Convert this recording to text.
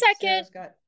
second